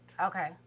Okay